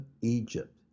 Egypt